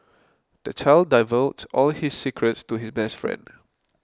the child divulged all his secrets to his best friend